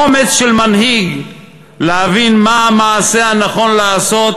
אומץ של מנהיג להבין מה המעשה הנכון לעשות